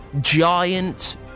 Giant